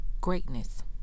greatness